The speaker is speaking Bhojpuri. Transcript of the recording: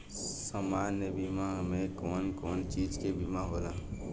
सामान्य बीमा में कवन कवन चीज के बीमा होला?